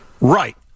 Right